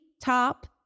top